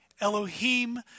Elohim